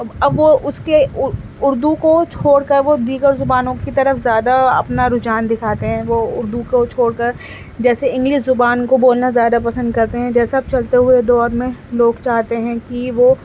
اب وہ اُس کے اُردو کو چھوڑ کر وہ دیگر زبانوں کی طرف زیادہ اپنا رجحان دِکھاتے ہیں وہ اُردو کو چھوڑ کر جیسے اِنگلس زبان کو بولنا زیادہ پسند کرتے ہیں جیسے اب چلتے ہوئے دور میں لوگ چاہتے ہیں کہ وہ